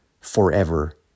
forever